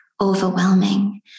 overwhelming